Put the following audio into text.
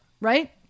right